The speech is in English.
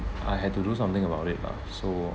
I had to do something about it lah so